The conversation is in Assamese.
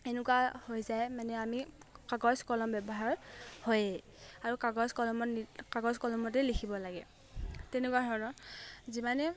এনেকুৱা হৈ যায় মানে আমি কাগজ কলম ব্যৱহাৰ হয়েই আৰু কাগজ কলমত কাগজ কলমতেই লিখিব লাগে তেনেকুৱা ধৰণৰ যিমানে